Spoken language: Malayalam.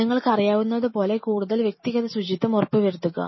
നിങ്ങൾക്കറിയാവുന്നതുപോലെ കൂടുതൽ വ്യക്തിഗത ശുചിത്വം ഉറപ്പുവരുത്തുക